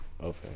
Okay